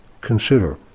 Consider